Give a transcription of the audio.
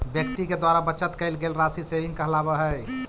व्यक्ति के द्वारा बचत कैल गेल राशि सेविंग कहलावऽ हई